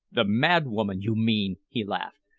the mad woman, you mean! he laughed.